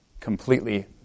completely